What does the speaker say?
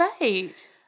Right